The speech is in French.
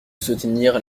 soutenir